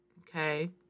okay